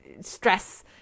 stress